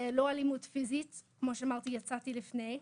אמנם לא אלימות פיזית וכמו שאמרתי הספקתי לצאת משם לפני.